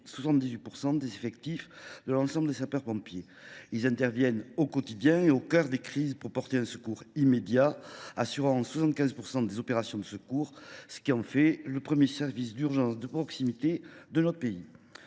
78 % des effectifs de sapeurs pompiers. Ceux ci interviennent au quotidien et au cœur des crises pour porter un secours immédiat. Les sapeurs pompiers assurent 75 % des opérations de secours, ce qui en fait le premier service d’urgence de proximité de notre pays.